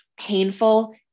painful